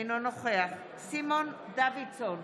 אינו נוכח סימון דוידסון,